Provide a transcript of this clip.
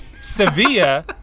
Sevilla